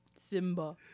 Simba